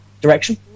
direction